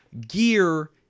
gear